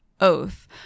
oath